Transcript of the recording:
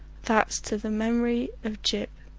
that's to the memory of gyp,